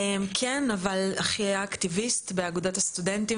כן אבל אחי היה אקטיביסט באגודת הסטודנטים